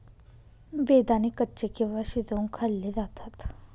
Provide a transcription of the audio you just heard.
बेदाणे कच्चे किंवा शिजवुन खाल्ले जातात